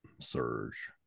Surge